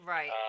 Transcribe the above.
Right